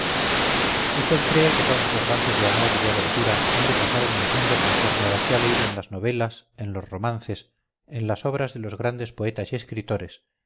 usted cree que todos los lances de amor y de aventura han de pasar en el mundo conforme a lo que ha leído en las novelas en los romances en las obras de los grandes poetas y escritores